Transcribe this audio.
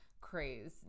craze